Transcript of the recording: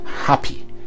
happy